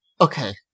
okay